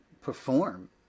perform